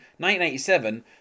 1987